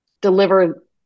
deliver